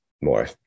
more